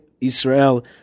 Israel